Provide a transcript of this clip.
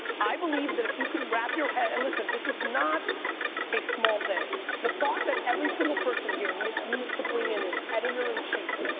i believe that if you can wrap your head, and listen, this is not a small thing. the thought that every single person here needs needs to bring in an editor-in-chief,